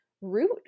root